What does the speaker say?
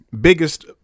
biggest